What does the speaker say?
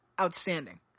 outstanding